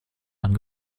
dann